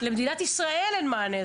למדינת ישראל אין מענה.